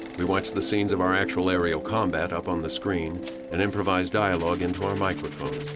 we watched the scenes of our actual aerial combat up on the screen and improvised dialogue into our microphones.